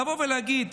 לבוא ולהגיד,